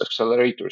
accelerators